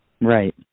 Right